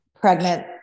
pregnant